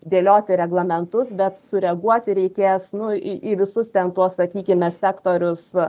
dėlioti reglamentus bet sureaguoti reikės nu į į visus ten tuos sakykime sektorius